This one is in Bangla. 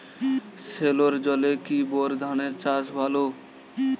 সেলোর জলে কি বোর ধানের চাষ ভালো?